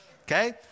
Okay